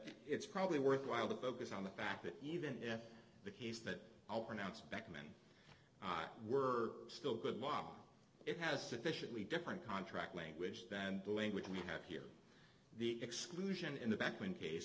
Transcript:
it's probably worthwhile the focus on the fact that even if the case that our announced beckman were still good law it has sufficiently different contract language than the language we have here the exclusion in the back when case